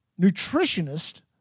nutritionist